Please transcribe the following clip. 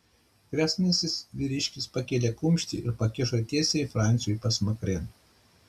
kresnasis vyriškis pakėlė kumštį ir pakišo tiesiai franciui pasmakrėn